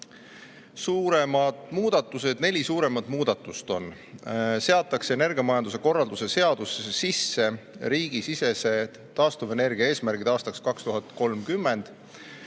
muudatused. Neli suuremat muudatust on. Seatakse energiamajanduse korralduse seadusesse sisse riigisisesed taastuvenergia eesmärgid aastaks 2030.